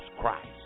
Christ